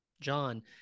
John